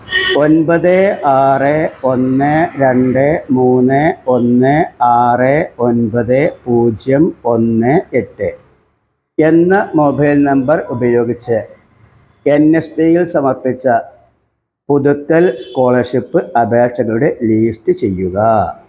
ഒൻപത് ആറ് ഒന്ന് രണ്ട് മൂന്ന് ഒന്ന് ആറ് ഒൻപത് പൂജ്യം ഒന്ന് എട്ട് എന്ന മൊബൈൽ നമ്പർ ഉപയോഗിച്ച് എൻ എസ് പ്പീയിൽ സമർപ്പിച്ച പുതുക്കൽ സ്കോളർഷിപ്പ് അപേക്ഷകളുടെ ലീസ്റ്റ് ചെയ്യുക